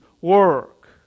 work